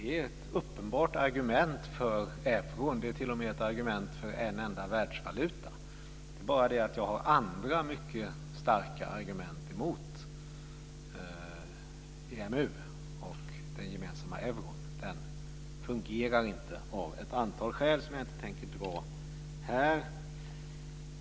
Det är ett uppenbart argument för euron - det är t.o.m. ett argument för en enda världsvaluta. Det är bara det att jag har andra, mycket starka argument mot EMU och den gemensamma euron. Den fungerar inte, av ett antal skäl som jag inte tänker dra här.